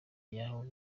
yawe